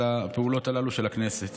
על הפעולות הללו של הכנסת.